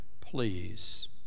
please